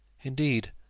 Indeed